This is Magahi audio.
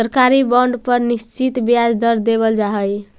सरकारी बॉन्ड पर निश्चित ब्याज दर देवल जा हइ